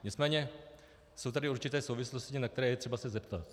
Nicméně jsou tady určité souvislosti, na které je třeba se zeptat.